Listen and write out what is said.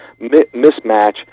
mismatch